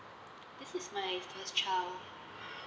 this is my first child